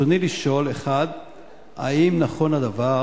רצוני לשאול: 1. האם נכון הדבר?